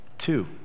Two